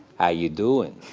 how you doing?